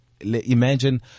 imagine